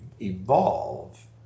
evolve